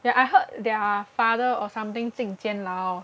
ya I heard their father or something 进监牢